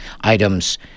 items